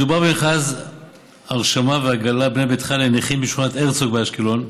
מדובר במכרז הרשמה והגרלת בנה ביתך לנכים בשכונת הרצוג באשקלון,